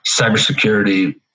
cybersecurity